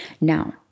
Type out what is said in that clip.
now